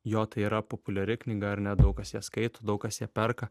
jo tai yra populiari knyga ar ne daug kas ją skaito daug kas ją perka